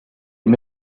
ils